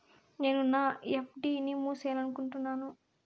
నేను నా ఎఫ్.డి ని మూసేయాలనుకుంటున్నాను